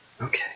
Okay